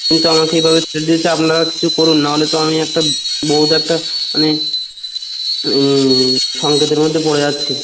কিন্তু আমাকে এইভাবে থ্রেট দিচ্ছে আপনারা কিছু করুন নাহলে তো আমি একটা বহুত একটা মানে সঙ্কটের মধ্যে পড়ে যাচ্ছি